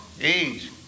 age